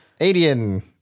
Adian